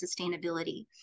sustainability